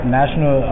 national